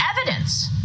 evidence